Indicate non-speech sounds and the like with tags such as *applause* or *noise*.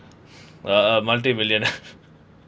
uh multi million *laughs*